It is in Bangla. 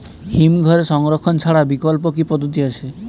হিমঘরে সংরক্ষণ ছাড়া বিকল্প কি পদ্ধতি আছে?